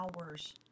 hours